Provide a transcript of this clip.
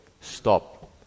stop